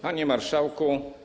Panie Marszałku!